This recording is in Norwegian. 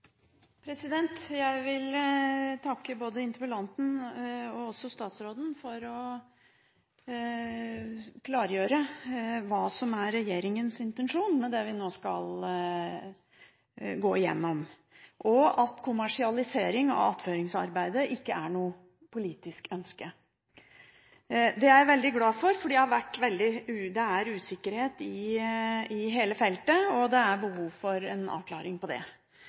fungerer. Jeg vil takke interpellanten, og statsråden for å klargjøre hva som er regjeringens intensjon med det vi nå skal gå igjennom, og for at kommersialisering av attføringsarbeidet ikke er noe politisk ønske. Det er jeg veldig glad for, for det er usikkerhet i hele feltet, og det er behov for en avklaring om det.